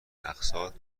اقساط